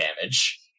damage